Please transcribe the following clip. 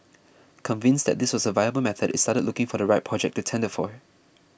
convinced that this was a viable method it started looking for the right project to tender for